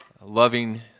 loving